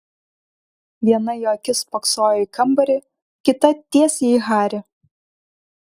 viena jo akis spoksojo į kambarį kita tiesiai į harį